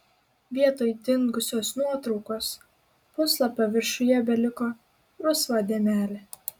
vietoj dingusios nuotraukos puslapio viršuje beliko rusva dėmelė